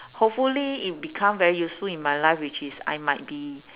hopefully it become very useful in my life which is I might be